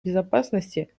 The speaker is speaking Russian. безопасности